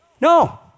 No